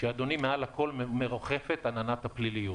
ומעל הכל, אדוני, מרחפת עננת הפליליות.